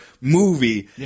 movie